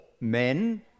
men